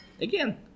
again